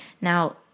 now